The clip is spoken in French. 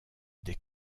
des